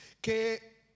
que